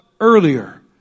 earlier